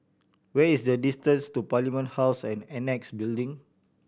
what is the distance to Parliament House and Annexe Building